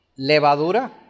levadura